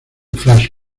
flash